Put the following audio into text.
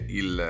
il